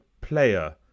player